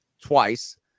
twice